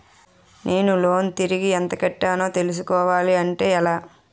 నేను లోన్ తిరిగి ఎంత కట్టానో తెలుసుకోవాలి అంటే ఎలా?